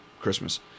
Christmas